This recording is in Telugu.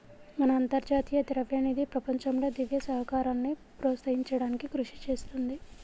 మన అంతర్జాతీయ ద్రవ్యనిధి ప్రపంచంలో దివ్య సహకారాన్ని ప్రోత్సహించడానికి కృషి చేస్తుంది